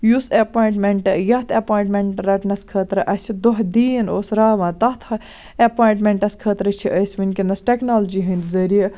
یُس ایٚپویِنٹمینٹ یَتھ ایپینٹمینٹ رَٹنَس خٲطرٕ اَسہِ دۄہ دیٖن اوس راوان تَتھ چھِ ایٚپویِنٹمینٹَس خٲطرٕ چھِ أسۍ ؤنکیٚنس ٹیکنالجی ہندۍ ذٔریعہِ